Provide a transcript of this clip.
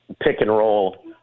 pick-and-roll